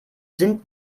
sind